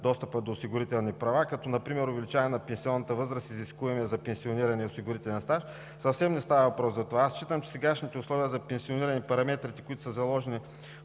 достъпа до осигурителни права, като например увеличаване на пенсионната възраст на изискуемия за пенсиониране осигурителен стаж. Съвсем не става въпрос за това. Аз считам, че сегашните условия за пенсиониране, параметрите, които са заложени